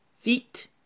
feet